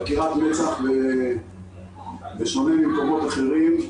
חקירת מצ"ח, בשונה ממקומות אחרים,